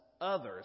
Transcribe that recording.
others